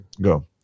go